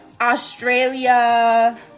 Australia